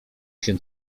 się